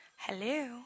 hello